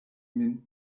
min